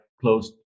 closed